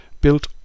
built